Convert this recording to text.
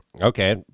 Okay